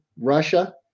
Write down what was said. Russia